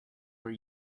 were